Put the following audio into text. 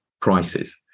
prices